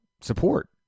support